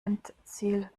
endziel